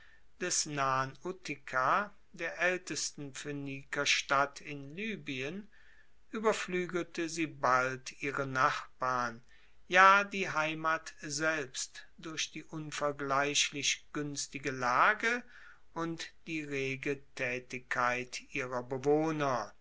des nahen utica der aeltesten phoenikerstadt in libyen ueberfluegelte sie bald ihre nachbarn ja die heimat selbst durch die unvergleichlich guenstige lage und die rege taetigkeit ihrer bewohner